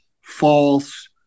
false